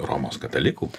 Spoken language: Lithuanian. romos katalikų